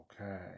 Okay